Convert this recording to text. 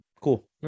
cool